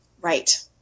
Right